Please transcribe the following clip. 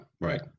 right